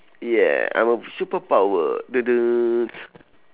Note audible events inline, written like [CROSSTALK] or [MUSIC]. yeah I'm a superpower [NOISE]